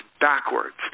backwards